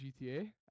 GTA